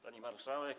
Pani Marszałek!